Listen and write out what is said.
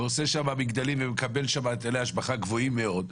ועושה שם מגדלים ומקבל שם היטלי השבחה גבוהים מאוד,